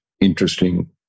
interesting